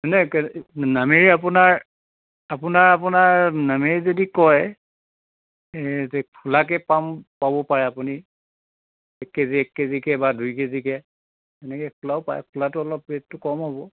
এনে নামেৰি আপোনাৰ আপোনাৰ আপোনাৰ নামেৰি যদি কয় খোলাকৈ পাম পাব পাৰে আপুনি এক কেজি এক কেজিকৈ বা দুই কেজিকৈ তেনেকৈ খোলাও পাই খোলাটো অলপ ৰেটটো কম হ'ব